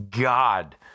God